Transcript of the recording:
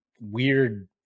weird